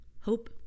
hope